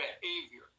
behavior